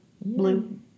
Blue